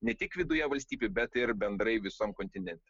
ne tik viduje valstybių bet ir bendrai visam kontinente